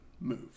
move